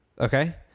Okay